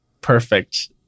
perfect